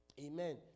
Amen